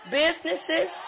businesses